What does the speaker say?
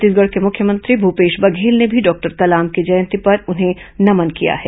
छत्तीसगढ़ के मुख्यमंत्री भूपेश बघेल ने भी डॉक्टर कलाम की जयंती पर उन्हें नमन किया है